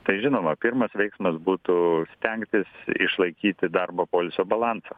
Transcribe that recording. tai žinoma pirmas veiksmas būtų stengtis išlaikyti darbą poilsio balansą